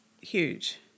huge